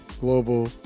global